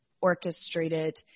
orchestrated